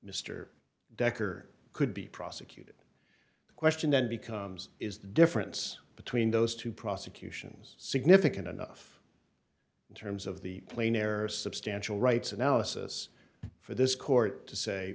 mr decker could be prosecuted the question then becomes is the difference between those two prosecutions significant enough in terms of the plane air substantial rights analysis for this court to say